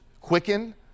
quicken